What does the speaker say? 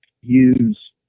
use